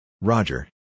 Roger